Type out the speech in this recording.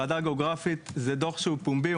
הוועדה הגיאוגרפית - זה דוח פומבי.